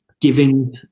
giving